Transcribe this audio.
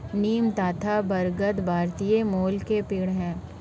नीम तथा बरगद भारतीय मूल के पेड है